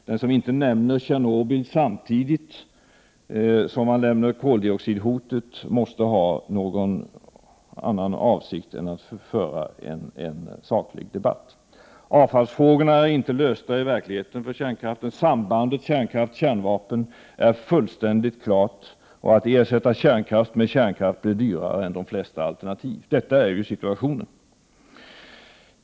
Den som inte nämner Tjernobyl samtidigt som koldioxidhotet måste ha någon annan avsikt än att föra en saklig debatt. Kärnkraftens avfallsfrågor är inte lösta i verkligheten. Sambandet kärnkraft-kärnvapen är fullständigt klart och att ersätta kärnkraft med kärnkraft blir dyrare än de flesta alternativ. Detta är situationen.